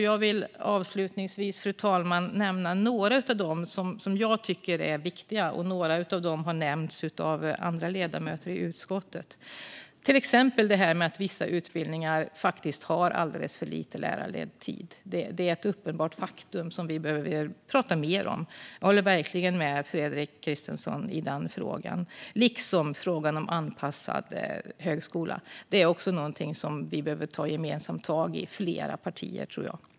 Jag vill nämna några av dem som jag tycker är viktiga, fru talman. Några av dem har nämnts av andra ledamöter i utskottet. Vissa utbildningar har alldeles för lite lärarledd tid. Detta är ett uppenbart faktum som vi behöver prata mer om. Jag håller verkligen med Fredrik Christensson i den frågan, liksom i frågan om anpassad högskola. Det är också någonting som flera partier behöver ta tag i gemensamt, tror jag.